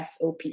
SOP